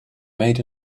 made